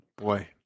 Boy